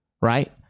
right